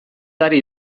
ari